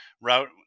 route